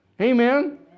Amen